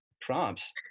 prompts